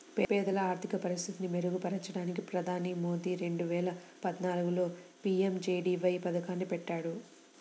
పేదల ఆర్థిక పరిస్థితిని మెరుగుపరచడానికి ప్రధాని మోదీ రెండు వేల పద్నాలుగులో పీ.ఎం.జే.డీ.వై పథకాన్ని పెట్టారు